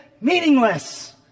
meaningless